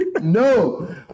No